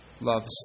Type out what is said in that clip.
loves